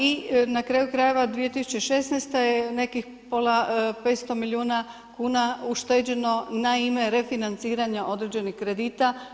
I na kraju krajeva je 2016. je nekih 500 milijuna kuna ušteđeno na ime refinanciranja određenih kredita.